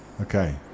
Okay